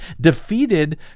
defeated